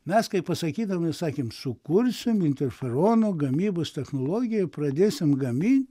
mes kai pasakydami sakėm sukursim interferonų gamybos technologiją pradėsim gamint